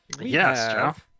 yes